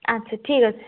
আচ্ছা ঠিক আছে